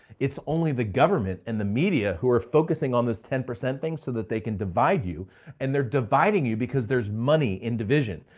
it's only the government and the media who are focusing on this ten percent thing so that they can divide you and they're dividing you because there's money in division.